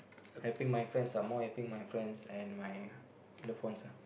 helping my friends ah more helping my friends and my loved ones ah